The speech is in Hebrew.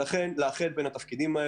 צריך לאחד בין התפקידים,